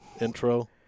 intro